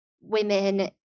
women